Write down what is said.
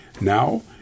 Now